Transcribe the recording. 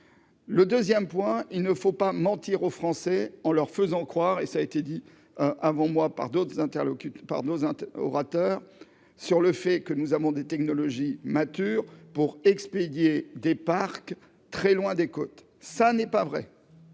Le 2ème point : il ne faut pas mentir aux Français en leur faisant croire et ça a été dit avant moi par d'autres interlocuteurs par nos orateur sur le fait que nous avons des technologies matures pour expédier des parcs, très loin des côtes, ça n'est pas vrai.